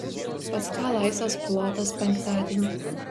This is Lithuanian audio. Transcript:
pas ką laisvas plotas penktadienį